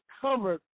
covered